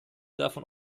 davon